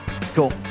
Cool